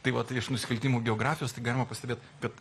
tai vat iš nusikaltimų geografijos tai galima pastebėt kad